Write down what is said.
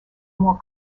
more